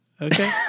Okay